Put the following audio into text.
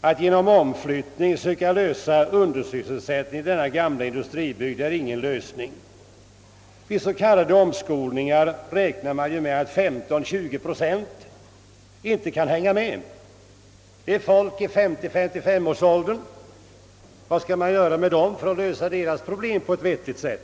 Att genom omflyttning söka eliminera undersysselsättningen i denna gamla industribygd innebär ingen lösning. Vid s.k. omskolningar räknar man med att 15—20 procent inte kan hänga med. Det är folk i 50—55 årsåldern. Hur vill man lösa deras problem på ett vettigt sätt?